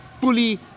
Fully